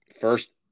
first